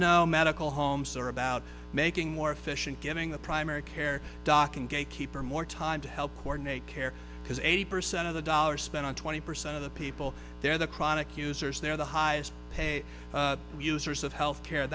know medical homes are about making more efficient getting the primary care doc and gatekeeper more time to help coordinate care because eighty percent of the dollars spent on twenty percent of the people they're the chronic users they're the highest paid users of health care